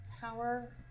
power